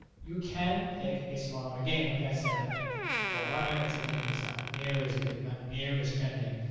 you can pick a smaller game. like i said, i picked for honor. it's a game that's not nearly as big, not nearly as trending,